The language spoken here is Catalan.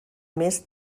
més